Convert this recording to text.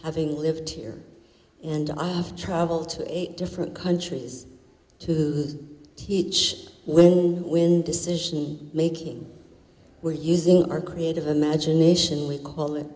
having lived here and i have traveled to eight different countries who teach when when decision making or using our creative imagination we call it